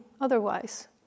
otherwise